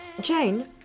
Jane